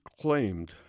claimed